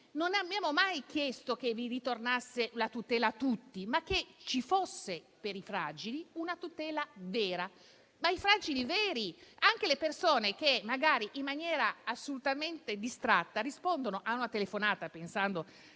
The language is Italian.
Non abbiamo mai chiesto che ritornasse la tutela per tutti, ma che ci fosse per i fragili una tutela vera. Per i fragili veri però, anche per le persone che magari in maniera assolutamente distratta rispondono a una telefonata, pensando